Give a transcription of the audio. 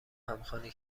همخوانی